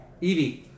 Evie